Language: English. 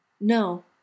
no